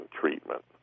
treatment